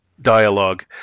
dialogue